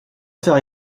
faire